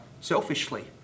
selfishly